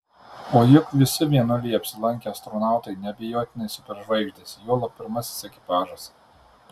o juk visi mėnulyje apsilankę astronautai neabejotinai superžvaigždės juolab pirmasis ekipažas